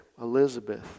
Elizabeth